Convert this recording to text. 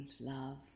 love